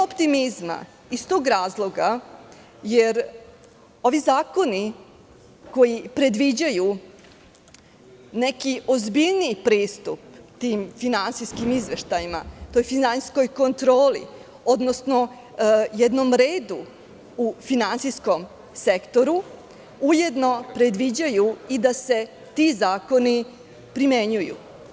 Nema optimizma iz tog razloga jer ovi zakoni koji predviđaju neki ozbiljniji pristup tim finansijskim izveštajima, toj finansijskoj kontroli, odnosno jednom redu u finansijskom sektoru, ujedno predviđaju i da se ti zakoni primenjuju.